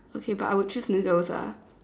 okay but I would choose noodles ah